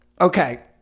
Okay